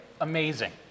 amazing